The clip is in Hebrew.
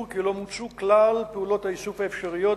כי לא מוצו כלל פעולות האיסוף האפשריות,